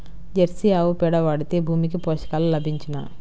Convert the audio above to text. Jersey ఆవు పేడ వాడితే భూమికి పోషకాలు లభించునా?